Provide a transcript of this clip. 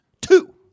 Two